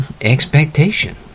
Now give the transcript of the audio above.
expectation